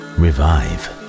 revive